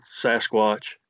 Sasquatch